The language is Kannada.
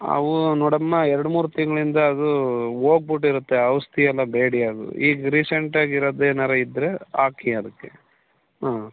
ಅವು ನೋಡಮ್ಮ ಎರಡು ಮೂರು ತಿಂಗಳಿಂದ ಅದು ಹೋಗ್ಬಿಟ್ಟಿರುತ್ತೆ ಔಷಧಿಯೆಲ್ಲ ಬೇಡಿ ಅದು ಈಗ ರಿಸೆಂಟಾಗಿರೋದ್ ಏನಾರು ಇದ್ರೆ ಹಾಕಿ ಅದಕ್ಕೆ ಹಾಂ